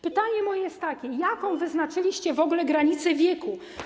Pytanie moje jest takie: Jaką wyznaczyliście w ogóle granicę wieku?